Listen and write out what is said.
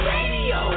Radio